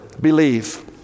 believe